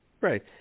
Right